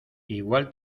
igual